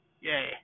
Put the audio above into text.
Yay